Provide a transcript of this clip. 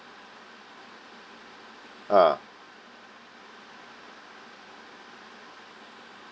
ah